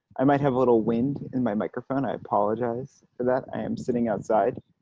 i might have a little wind in my microphone. i apologize for that. i am sitting outside